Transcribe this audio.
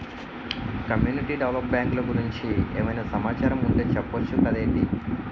community develop బ్యాంకులు గురించి ఏమైనా సమాచారం ఉంటె చెప్పొచ్చు కదేటి